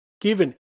given